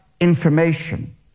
information